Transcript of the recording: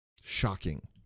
shocking